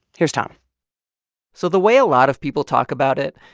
here's tom so the way a lot of people talk about it,